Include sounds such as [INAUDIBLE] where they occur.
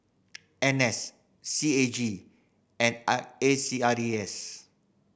N S C A G and [UNINTELLIGIBLE] A C R E S